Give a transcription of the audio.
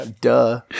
Duh